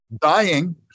dying